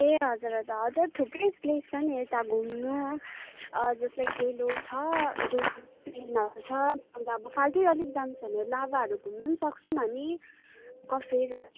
ए हजुर हजुर हजुर थुप्रै प्लेस छ नि यता घुम्नु जस्ट लाइक डेलो छ हजुर छ दूरबिनहरू छ अन्त अब फाल्तु अलिक जानु छ भने लाभाहरू घुम्नु सक्छौँ हामी कफेरहरू